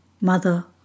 Mother